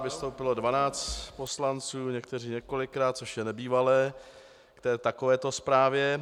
Vystoupilo 12 poslanců, někteří několikrát, což je nebývalé k takovéto zprávě.